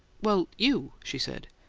well you, she said.